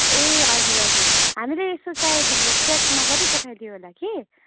ए हजुर हजुर हामीले यसो सायद चेक नगरी पठाइदियो होला कि